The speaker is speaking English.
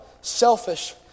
selfish